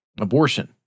abortion